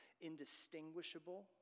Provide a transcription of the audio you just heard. indistinguishable